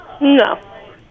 No